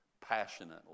passionately